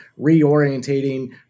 reorientating